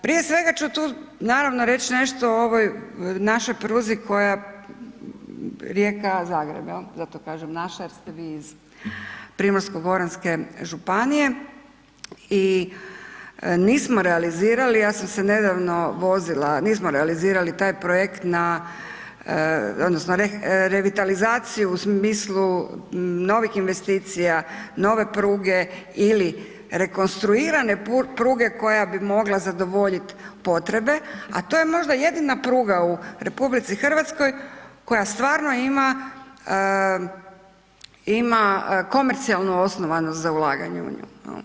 Prije svega ću tu naravno reći nešto o ovoj našoj pruzi koja, Rijeka-Zagreb, je li, zato kažem naša jer ste vi iz Primorsko-goranske županije i nismo realizirali, ja sam se nedavno vozila, nismo realizirali taj projekt na odnosno revitalizaciju u smislu novih investicija, nove pruge ili rekonstruirane pruge koja bi mogla zadovoljiti potrebe, a to je možda jedina pruga u RH koja stvarno ima komercijalnu osnovanost za ulaganje u nju.